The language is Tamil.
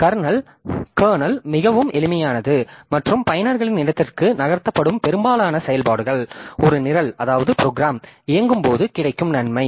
கர்னல் மிகவும் எளிமையானது மற்றும் பயனர்களின் இடத்திற்கு நகர்த்தப்படும் பெரும்பாலான செயல்பாடுகள் ஒரு நிரல் இயங்கும்போது கிடைக்கும் நன்மை